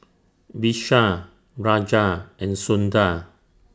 Vishal Raja and Sundar